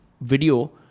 video